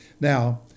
Now